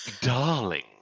Darling